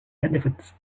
benefits